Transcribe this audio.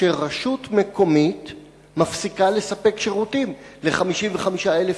ועיריית ירושלים הפסיקה לספק שירותים מחוץ לגדר.